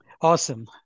Awesome